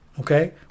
okay